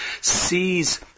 sees